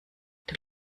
der